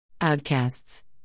Outcasts